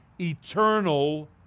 eternal